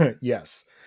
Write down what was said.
Yes